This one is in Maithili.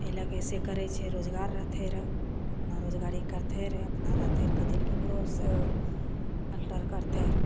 अइ लए ऐसे करय छै रोजगार रहिते रऽ तऽ अपना रोजगारी करतय रऽ अपना रहिते रऽ कथी लए ककरोसँ अलटर करतय रऽ